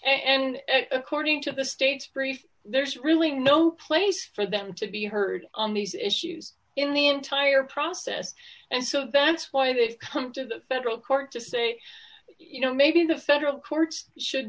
and according to the state's brief there's really no place for them to be heard on these issues in the entire process and so that's why they've come to the federal court to say you know maybe the federal courts should